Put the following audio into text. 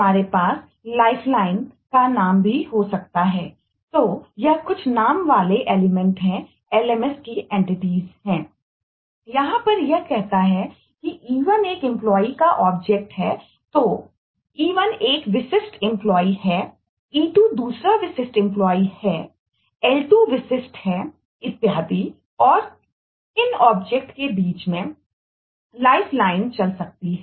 हमारे पास लाइफलाइन है यहां पर यह कहता है कि E1 एक एंपलाई चल सकती है